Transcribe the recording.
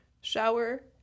Shower